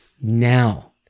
now